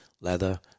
leather